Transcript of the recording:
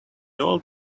old